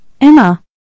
Emma